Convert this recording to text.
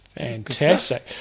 Fantastic